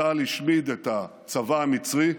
צה"ל השמיד את הצבא המצרי,